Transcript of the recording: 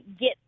get